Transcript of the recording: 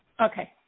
Okay